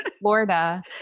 Florida